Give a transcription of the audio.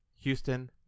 Houston